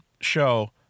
show